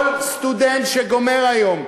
כל סטודנט שגומר היום,